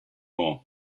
more